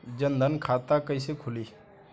जनधन खाता कइसे खुली?